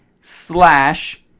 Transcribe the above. slash